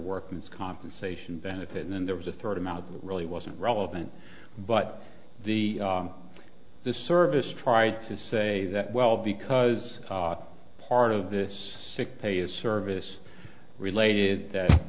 workman's compensation benefit and then there was a third amount really wasn't relevant but the the service tried to say that well because part of this sick pay is service related th